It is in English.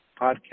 podcast